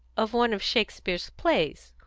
of one of shakespeare's plays,